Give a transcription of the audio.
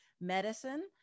medicine